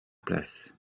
place